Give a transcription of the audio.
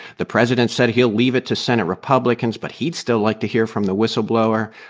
the president said he'll leave it to senate republicans, but he'd still like to hear from the whistleblower.